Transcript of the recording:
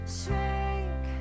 shrink